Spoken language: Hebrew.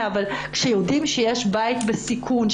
כשיודעים שיש בית בסיכון,